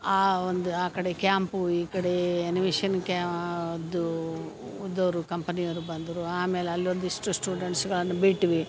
ಆ ಒಂದು ಆ ಕಡೆ ಕ್ಯಾಂಪು ಈ ಕಡೆ ಆ್ಯನಿಮೇಷನ್ ಕ್ಯಾ ಅದು ಉದ್ದೋರು ಕಂಪನಿಯವರು ಬಂದರು ಆಮೇಲೆ ಅಲ್ಲೊಂದಿಷ್ಟು ಸ್ಟೂಡೆಂಟ್ಸ್ಗಳನ್ನು ಬಿಟ್ವಿ